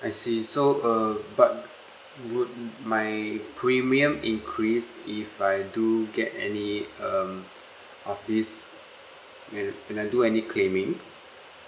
I see so uh but would my premium increase if I do get any um of this whe~ when I do any claiming